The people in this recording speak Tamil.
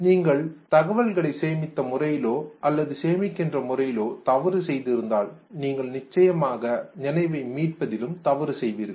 நீங்கள் தகவல்களை சேமித்த முறையிலோ அல்லது சேமிக்கின்ற முறையிலோ தவறு செய்து இருந்தால் நீங்கள் நிச்சயமாக நினைவை மீட்பதிலும் தவறு செய்வீர்கள்